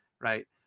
right